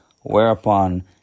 whereupon